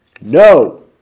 No